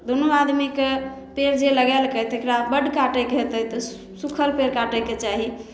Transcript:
दुनू आदमीके पेड़ जे लगेलकै तेकरा बड काटैके हेतै तऽ सुखल पेड़ काटैके चाही